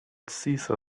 cesar